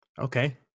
Okay